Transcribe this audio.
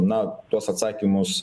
na tuos atsakymus